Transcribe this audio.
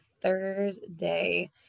Thursday